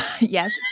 Yes